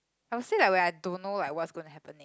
I will say like when I don't know like what's gonna happen